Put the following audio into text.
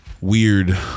weird